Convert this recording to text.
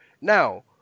Now